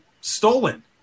stolen